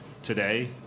Today